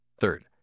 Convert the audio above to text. Third